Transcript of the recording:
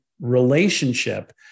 relationship